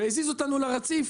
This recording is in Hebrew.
והזיזו אותנו לרציף.